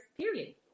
period